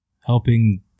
helping